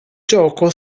gioco